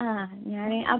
ആ ഞാൻ അ